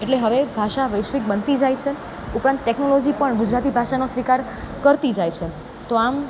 એટલે હવે ભાષા વૈશ્વિક બનતી જાય છે ઉપરાંત ટેકનોલોજી પણ ગુજરાતી ભાષાનો સ્વીકાર કરતી જાય છે તો આમ